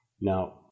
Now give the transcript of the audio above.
Now